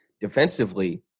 defensively